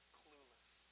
clueless